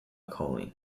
calling